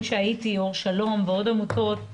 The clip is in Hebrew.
אור שלום, ועוד עמותות,